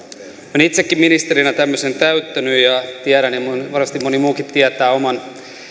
olen itsekin ministerinä tämmöisen täyttänyt ja tiedän ja niin varmasti moni muukin tietää oman